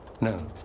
No